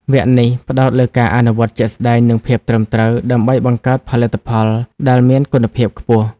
វគ្គនេះផ្តោតលើការអនុវត្តជាក់ស្តែង និងភាពត្រឹមត្រូវ ដើម្បីបង្កើតផលិតផលដែលមានគុណភាពខ្ពស់។